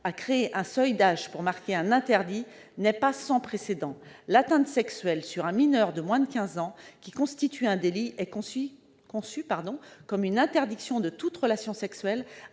à créer un seuil d'âge pour marquer un interdit n'est pas sans précédent : l'atteinte sexuelle sur un mineur de moins de quinze ans, qui constitue un délit, est conçue comme une interdiction de toute relation sexuelle